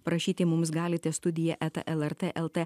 parašyti mums galite studija eta lrt lt